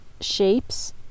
shapes